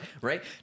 right